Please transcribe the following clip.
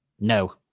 No